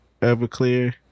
Everclear